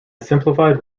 simplified